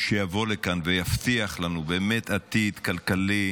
שיבוא לכאן ויבטיח לנו באמת עתיד כלכלי